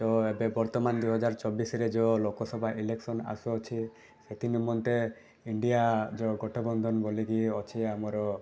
ତ ଏବେ ବର୍ତ୍ତମାନ ଦୁଇହଜାର ଚବିଶରେ ଯେଉଁ ଲୋକସଭା ଇଲେକ୍ସନ୍ ଆସୁଅଛି ସେଥି ନିମନ୍ତେ ଇଣ୍ଡିଆ ଯେଉଁ ଗଠବନ୍ଧନ ବୋଲିକି ଅଛି ଆମର